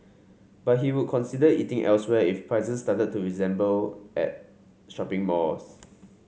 but he would consider eating elsewhere if prices started to resemble at shopping malls